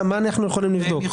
מה אנחנו יכולים לבדוק?